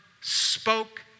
spoke